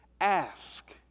Ask